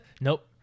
Nope